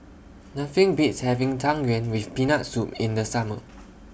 Nothing Beats having Tang Yuen with Peanut Soup in The Summer